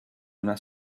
una